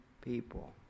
people